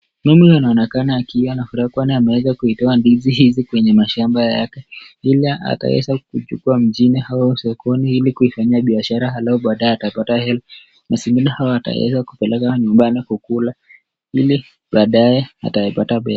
Mume naona anakaa akiwa na furaha kwani ameweza kutoa ndizi hizi kwenye mashamba yake. Hila ataweza kuchukua mji au sekondini ili kuifanyia biashara halafu baadaye atapata hela. Na mwingine hawataweza kupeleka nyumbani kukula ili baadaye atapata hela.